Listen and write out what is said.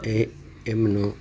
એ એમનો